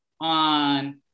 on –